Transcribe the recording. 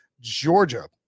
Georgia